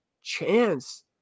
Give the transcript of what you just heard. chance